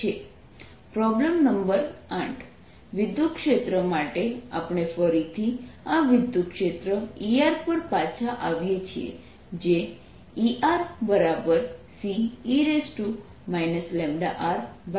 Qenclosed4πC0e λr problem number 8 વિદ્યુતક્ષેત્ર માટે આપણે ફરીથી આ વિદ્યુતક્ષેત્ર E પર પાછા આવીએ છીએ જે ErCe λ rr3r છે